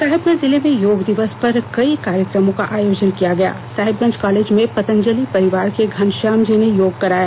साहिबगंज जिले में योग दिवस पर कई कार्यक्रम का आयोजन किया गया साहिबगंज कॉलेज में पतंजलि परिवार के घनश्याम जी ने योग कराया